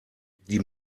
die